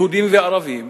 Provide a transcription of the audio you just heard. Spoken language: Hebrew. יהודים וערבים,